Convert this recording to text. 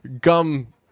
gum